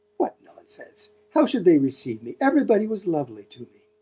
what nonsense! how should they receive me? everybody was lovely to me.